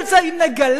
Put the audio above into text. אם נגלה,